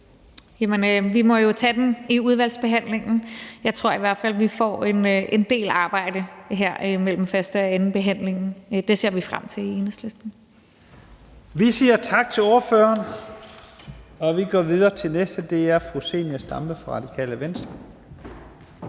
vi må jo tage det i udvalgsbehandlingen. Jeg tror i hvert fald, vi får en del arbejde her imellem første- og andenbehandlingen. Det ser vi frem til i Enhedslisten. Kl. 16:20 Første næstformand (Leif Lahn Jensen): Vi siger tak til ordføreren og går videre til den næste. Det er fru Zenia Stampe fra Radikale Venstre.